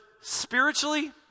spiritually